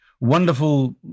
wonderful